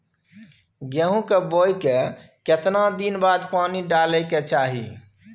गेहूं के बोय के केतना दिन बाद पानी डालय के चाही?